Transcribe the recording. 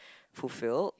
fulfilled